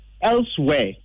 Elsewhere